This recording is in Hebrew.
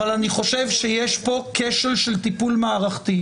אבל אני חושב שיש פה כשל של טיפול מערכתי.